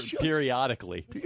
periodically